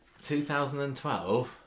2012